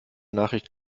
nachricht